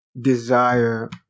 desire